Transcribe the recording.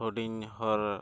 ᱦᱩᱰᱤᱧ ᱦᱚᱨ